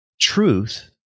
truth